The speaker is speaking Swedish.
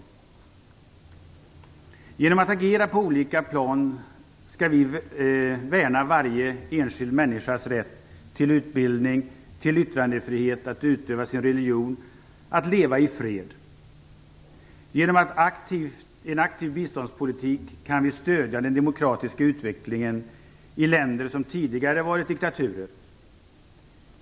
Genom att agera på olika plan skall vi värna varje enskild människas rätt till utbildning, rätt till yttrandefrihet, rätt att utöva sin religion och rätt att leva i fred. Genom en aktiv biståndspolitik kan vi stödja den demokratiska utvecklingen i länder som tidigare har varit diktaturer.